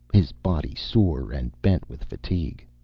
his body sore and bent with fatigue.